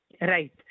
Right